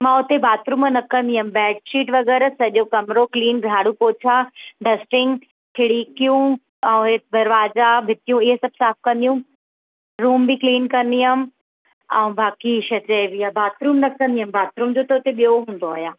मां उते बाथरूम न कंदी हुअमि बैडशीट वग़ैरह सॼो कमिरो क्लीन झाड़ू पोछा डस्टिंग खिड़कियूं ऐं दरवाजा भितियूं इहे सभु साफ़ु करणियूं रूम बि क्लीन कंदी हुअमि ऐं बाक़ी छा चइबी आहे बाथरूम न कंदी हुअमि बाथरूम जो त हुते ॿिया हूंदा हुआ